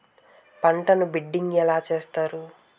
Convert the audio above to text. పంటను బిడ్డింగ్ ఎలా చేస్తారు?